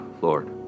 Lord